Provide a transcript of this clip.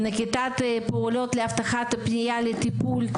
נקיטת פעולות להבטחת פנייה לטיפול,